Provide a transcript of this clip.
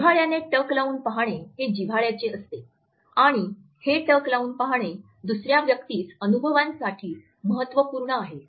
जिव्हाळ्याने टक लावून पाहणे हे जिव्हाळ्याचे असते आणि हे टक लावून पाहणे दुसर्या व्यक्तीस अनुभवांसाठी महत्त्वपूर्ण आहे